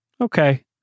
Okay